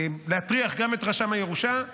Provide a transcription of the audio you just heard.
להטריח גם את רשם הירושה,